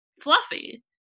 fluffy